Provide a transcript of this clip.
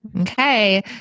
Okay